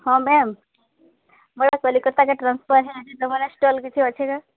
ହଁ ମ୍ୟାମ୍ ମୋର କଲିକତା କେ ଟ୍ରାନ୍ସଫର୍ ହୋଇଛି ତମର ଷ୍ଟଲ୍ କିଛି ଅଛି କେ